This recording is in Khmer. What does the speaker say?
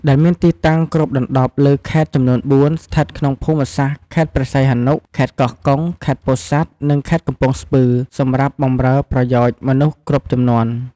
ដែលមានទីតាំងគ្របដណ្តប់លើខេត្តចំនួន ៤ ស្ថិតក្នុងភូមិសាស្ត្រខេត្តព្រះសីហនុ ខេត្តកោះកុង ខេត្តពោធិ៍សាត់ និងខេត្តកំពង់ស្ពឺ សម្រាប់បម្រើប្រយោជន៍មនុស្សគ្រប់ជំនាន់។